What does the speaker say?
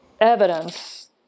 evidence